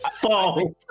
false